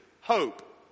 Hope